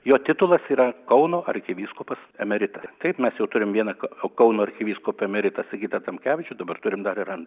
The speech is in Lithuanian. jo titulas yra kauno arkivyskupas emeritas taip mes jau turim vieną kauno arkivyskupą emeritą sigitą tamkevičių dabar turim dar ir antrą